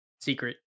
secret